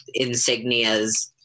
insignias